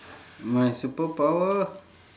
my superpower